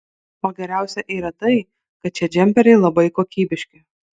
o geriausia yra tai kad šie džemperiai labai kokybiški